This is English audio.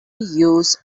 use